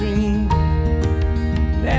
dream